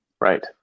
Right